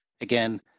again